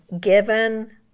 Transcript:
given